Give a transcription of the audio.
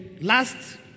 last